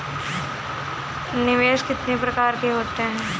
निवेश कितनी प्रकार के होते हैं?